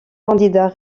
candidats